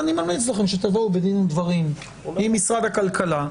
אני ממליץ לכם שתבואו בדין ודברים עם משרד הכלכלה,